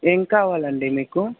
ఏం కావాలండి మీకు